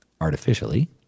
artificially